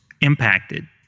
impacted